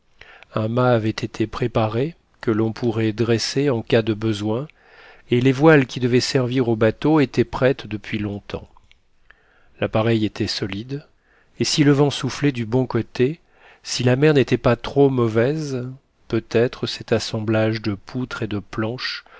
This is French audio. mât avait été préparé que l'on pourrait dresser en cas de besoin et les voiles qui devaient servir au bateau étaient prêtes depuis longtemps l'appareil était solide et si le vent soufflait du bon côté si la mer n'était pas trop mauvaise peut-être cet assemblage de poutres et de planches